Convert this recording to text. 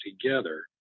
together